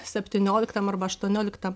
septynioliktam arba aštuonioliktam